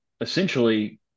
essentially –